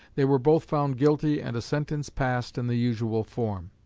they were both found guilty and sentence passed in the usual form.